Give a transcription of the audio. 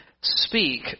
speak